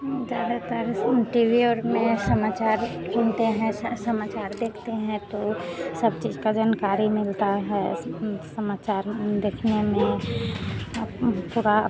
हम ज़्यादातर सव टी वी और में समाचार सुनते हैं समाचार देखते हैं तो सब चीज़ की जनकारी मिलती है समाचार देखने में अप उंह पुरा